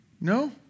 No